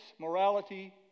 morality